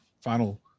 final